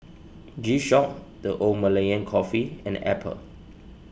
G Shock the Old Malaya Cafe and Apple